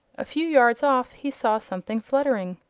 a few yards off he saw something fluttering.